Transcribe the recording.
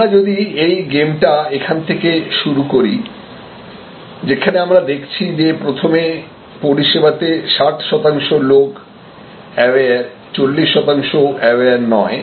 আমরা যদি এই গেমটা এখান থেকে শুরু করি যেখানে আমরা দেখছি যে প্রথমে পরিষেবাতে ৬০ শতাংশ লোক অ্যাওয়ার ৪০ শতাংশ অ্যাওয়ার নয়